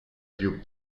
più